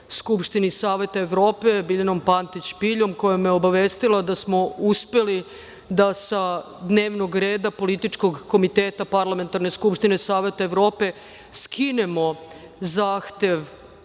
skupštini Saveta Evrope, Biljanom Pantić Piljom, koja me je obavestila da smo uspeli da sa dnevnog reda Političkog komiteta Parlamentarne skupštine Saveta Evrope skinemo zahtev